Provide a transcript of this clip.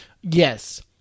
Yes